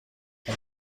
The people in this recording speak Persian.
اون